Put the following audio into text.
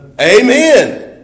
Amen